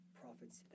prophets